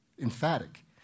emphatic